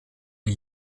die